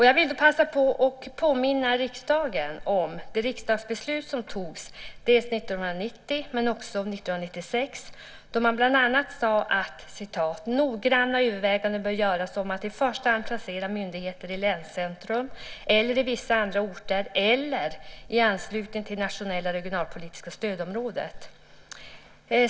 Jag vill passa på att påminna riksdagen om de riksdagsbeslut som togs 1990 och 1996, då man bland annat sade att "noggranna överväganden bör göras om att i första hand placera myndigheter i länscentrum eller i vissa andra orter eller i anslutning till nationella regionalpolitiska stödområden."